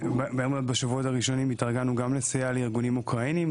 בשבועות הראשונים התארגנו גם לסייע לארגונים אוקראיניים,